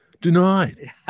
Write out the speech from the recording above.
denied